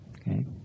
Okay